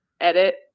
edit